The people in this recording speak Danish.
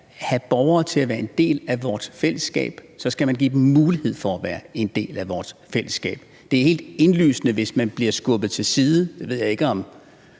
have borgere til at være en del af vort fællesskab, skal man give dem mulighed for at være en del af vort fællesskab. Det er helt indlysende, at hvis man føler sig skubbet til side – det ved jeg ikke om